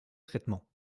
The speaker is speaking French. traitement